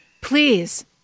please